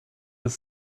des